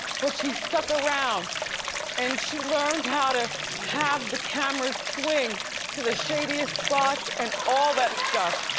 but she stuck around and she learned how to have the camera swing to the shadiest spots and all that stuff.